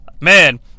man